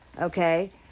okay